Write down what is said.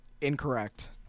Incorrect